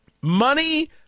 Money